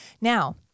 Now